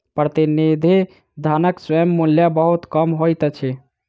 प्रतिनिधि धनक स्वयं मूल्य बहुत कम होइत अछि